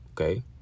Okay